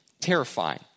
terrifying